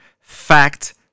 fact